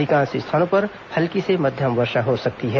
अधिकांश स्थानों पर हल्की से मध्यम वर्षा हो सकती है